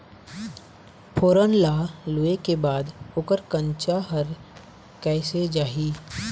फोरन ला लुए के बाद ओकर कंनचा हर कैसे जाही?